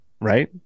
Right